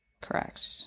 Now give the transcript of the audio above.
Correct